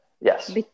Yes